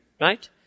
Right